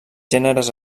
gèneres